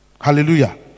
Hallelujah